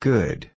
Good